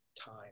time